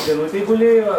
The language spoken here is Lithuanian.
vienutėj gulėjo